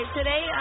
Today